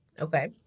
Okay